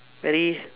very